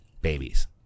babies